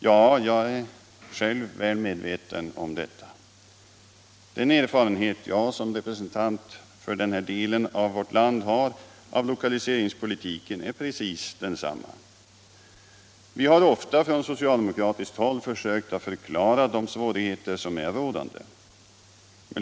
Ja, jag är medveten om detta. Den erfarenhet jag som representant för denna del av vårt land har av lokaliseringspolitiken är precis densamma. Vi har ofta från socialdemokratiskt håll försökt att klara de svårigheter som är rådande.